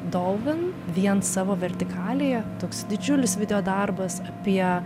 dolgan vien savo vertikalėje toks didžiulis videodarbas apie